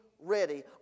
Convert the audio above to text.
ready